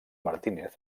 martínez